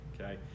okay